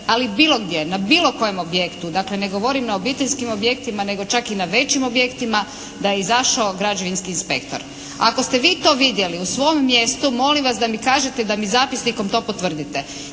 ali bilo gdje, na bilo kojem objektu, dakle ne govorim na obiteljskim objektima nego čak i na većim objektima da je izašao građevinski inspektor. Ako ste vi to vidjeli u svom mjestu molim vas da mi kažete da mi zapisnikom to potvrdite.